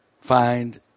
find